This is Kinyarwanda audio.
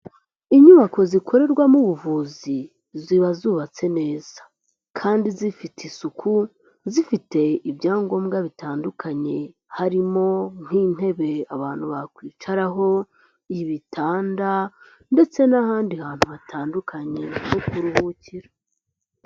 Inyubako zikorerwamo ubuvuzi ziba zubatse neza kandi zifite isuku, zifite ibyangombwa bitandukanye harimo nk'intebe abantu bakwicaraho, ibitanda ndetse n'ahandi hantu hatandukanye ho kuruhukira.